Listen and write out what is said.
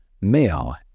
male